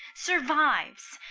survives,